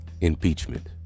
Impeachment